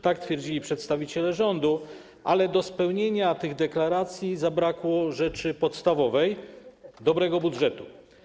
Tak twierdzili przedstawiciele rządu, ale do spełnienia tych deklaracji zabrakło rzeczy podstawowej - dobrego budżetu.